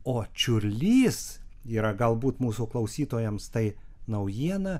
o čiurlys yra galbūt mūsų klausytojams tai naujiena